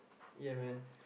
ya man